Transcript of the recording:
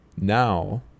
now